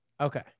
okay